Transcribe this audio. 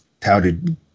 touted